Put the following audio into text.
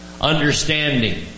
Understanding